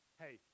hey